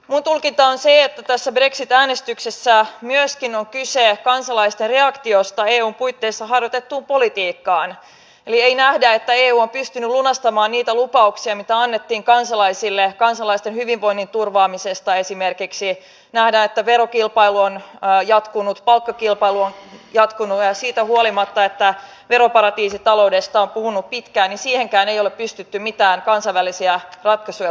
minun tulkintani on se että tässä brexit äänestyksessä on kyse myöskin kansalaisten reaktiosta eun puitteissa harjoitettuun politiikkaa eli ei nähdä että eu on pystynyt lunastamaan niitä lupauksia mitä annettiin kansalaisille kansalaisten hyvinvoinnin turvaamisesta esimerkiksi vaan nähdään että verokilpailu on jatkunut palkkakilpailu on jatkunut ja siitä huolimatta että veroparatiisitaloudesta on puhuttu pitkään siihenkään ei ole pystytty mitään kansainvälisiä ratkaisuja tuottamaan